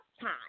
time